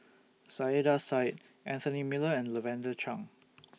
Saiedah Said Anthony Miller and Lavender Chang